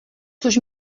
což